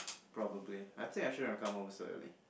probably I think I shouldn't have come over so early